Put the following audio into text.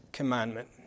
commandment